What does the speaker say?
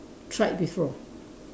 tried before